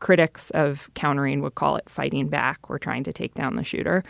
critics of countering would call it fighting back. we're trying to take down the shooter.